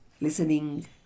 Listening